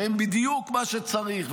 שהם בדיוק מה שצריך.